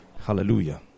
Hallelujah